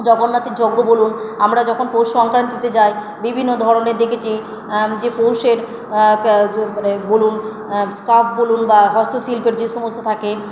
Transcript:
জগন্নাথের যোগ্য বলুন আমরা যখন পৌষ সংক্রান্তিতে যাই বিভিন্ন ধরনের দেখেছি যে পৌষের মানে বলুন স্কার্ফ বলুন বা হস্তশিল্পের যে সমস্ত থাকে